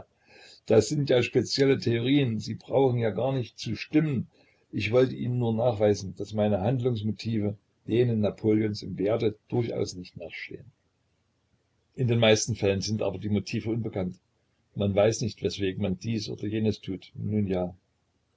das sind ja spezielle theorien sie brauchen ja gar nicht zu stimmen ich wollte ihnen nur nachweisen daß meine handlungsmotive denen napoleons im werte durchaus nicht nachstehen in den meisten fällen sind aber die motive unbekannt man weiß nicht weswegen man dies oder jenes tut nun ja